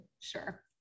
Sure